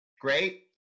great